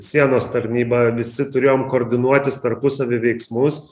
sienos tarnyba visi turėjom koordinuotis tarpusavy veiksmus